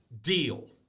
deal